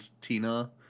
Tina